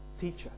teacher